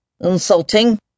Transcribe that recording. Insulting